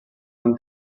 van